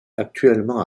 actuellement